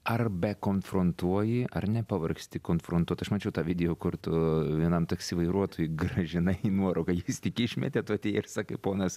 ar be konfrontuoji ar nepavargsti konfrontuot aš mačiau tą video kur tu vienam taksi vairuotojui grąžinai nuorūką jis tik išmetė tu atėjai ir sakai ponas